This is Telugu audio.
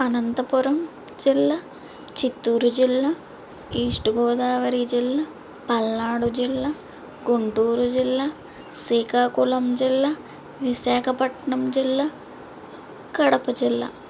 అనంతపురం జిల్లా చిత్తూరు జిల్లా ఈస్ట్ గోదావరి జిల్లా పల్నాడు జిల్లా గుంటూరు జిల్లా సీకాకుళం జిల్లా విశాఖపట్నం జిల్లా కడప జిల్లా